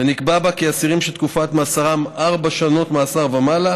ונקבע בה כי אסירים שתקופת מאסרם ארבע שנות מאסר ומעלה